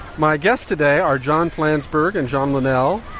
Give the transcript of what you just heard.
my guests today are john plans, burt and john linnell.